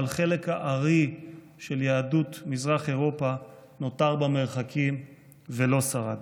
אבל חלק הארי של יהדות מזרח אירופה נותרו במרחקים ולא שרדו.